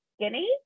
skinny